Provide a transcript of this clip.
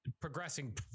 progressing